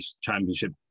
championship